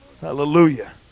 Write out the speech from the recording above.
hallelujah